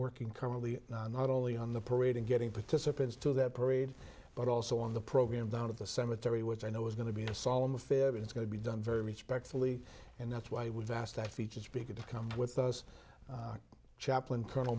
working currently not only on the parade and getting participants to that parade but also on the program down at the cemetery which i know is going to be a solemn affair but it's going to be done very respectfully and that's why we've asked that featured speaker to come with us chaplain colonel